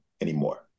anymore